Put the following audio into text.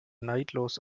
neidlos